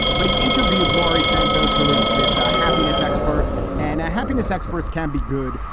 but he interviewed laurie santo's, who is this? a happiness expert and a happiness experts can be good.